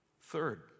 Third